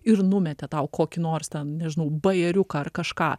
ir numetė tau kokį nors ten nežinau bajeriuką ar kažką